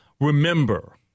remember